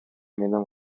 менен